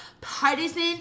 partisan